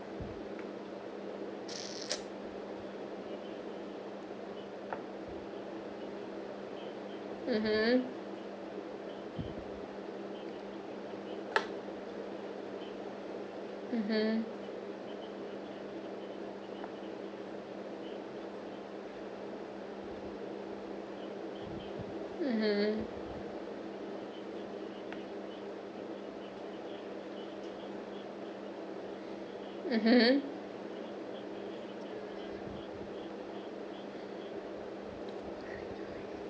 mmhmm mmhmm mmhmm mmhmm